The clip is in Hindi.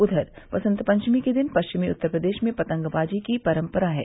उधर वसंत पंचमी के दिन पश्चिमी उत्तर प्रदेश में पतंगबाजी की परम्परा है